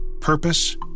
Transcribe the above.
purpose